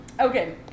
Okay